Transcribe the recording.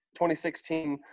2016